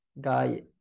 guy